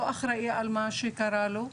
לא אחראי למה שקרה לו.